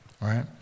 right